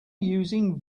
using